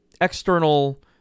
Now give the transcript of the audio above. external